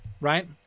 Right